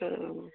হুম